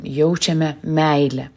jaučiame meilę